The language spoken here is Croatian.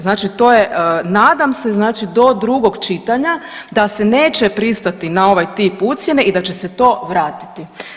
Znači to je, nadam se znači do drugog čitanja da se neće pristati na ovaj tip ucjene i da će se to vratiti.